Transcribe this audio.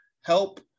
help